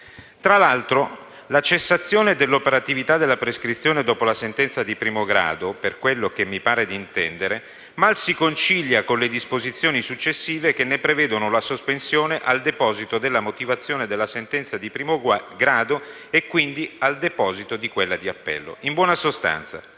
Tra l'altro, la cessazione dell'operatività della prescrizione dopo la sentenza di primo grado, per quello che mi pare d'intendere, mal si concilia con le disposizioni successive, che ne prevedono la sospensione al deposito della motivazione della sentenza di primo grado e, quindi, al deposito di quella di appello. In buona sostanza: